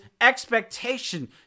expectation